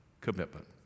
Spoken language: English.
commitment